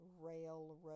railroad